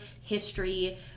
history